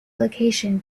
location